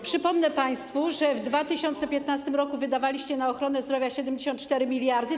Przypomnę państwu, że w 2015 r. wydawaliście na ochronę zdrowia 74 mld zł.